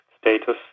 status